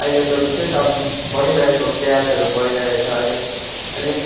अहिलेको विशेष अब बढिरहेको प्याजहरू बढिरहेको छ अहिले अहिले